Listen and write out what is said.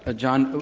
ah john.